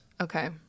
Okay